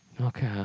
Okay